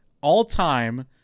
all-time